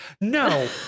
no